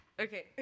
Okay